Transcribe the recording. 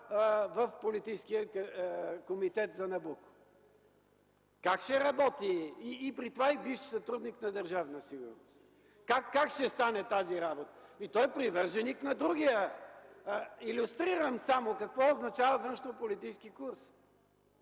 в политическия комитет за Набуко? Как ще работи, при това и бивш сътрудник на Държавна сигурност? Как ще стане тази работа? Той е привърженик на другия… (Реплики от КБ.) Илюстрирам само какво означава външнополитически курс.